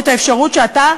את האפשרות שאתה,